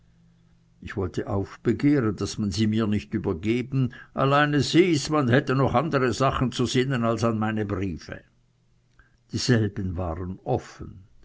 ich wollte aufbegehren daß man mir sie nicht übergeben allein es hieß man hätte noch an andere sachen zu sinnen als an meine briefe dieselben waren offen